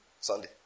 Sunday